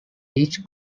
each